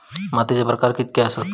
मातीचे प्रकार कितके आसत?